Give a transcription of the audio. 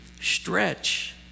stretch